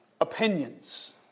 opinions